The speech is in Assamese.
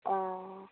অঁ